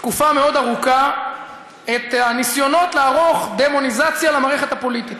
תקופה מאוד ארוכה את הניסיונות לערוך דמוניזציה למערכת הפוליטית,